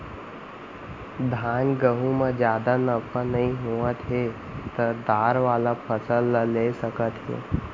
धान, गहूँ म जादा नफा नइ होवत हे त दार वाला फसल ल ले सकत हे